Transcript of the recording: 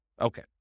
okay